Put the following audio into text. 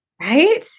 Right